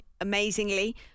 amazingly